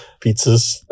pizzas